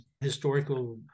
historical